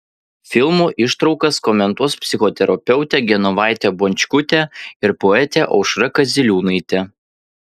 filmų ištraukas komentuos psichoterapeutė genovaitė bončkutė ir poetė aušra kaziliūnaitė